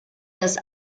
das